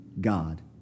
God